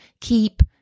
keep